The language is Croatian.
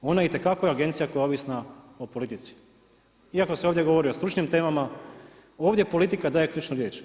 Ona je itekako agencija koja je ovisna o politici, iako se ovdje govori o stručnim temama, ovdje politika daje ključnu riječ.